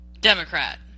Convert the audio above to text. Democrat